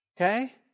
Okay